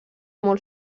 molt